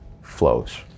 flows